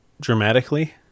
dramatically